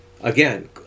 again